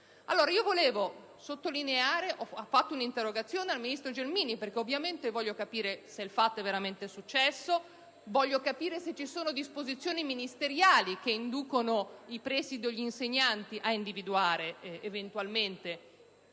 scuola. Ho presentato un'interrogazione al ministro Gelmini perché ovviamente voglio capire se il fatto è veramente accaduto, se ci sono disposizioni ministeriali che inducono i presidi o gli insegnanti a individuare eventualmente